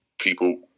people